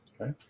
Okay